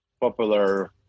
popular